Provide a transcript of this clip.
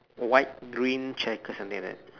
white green checkered something like that